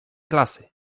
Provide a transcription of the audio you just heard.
klasy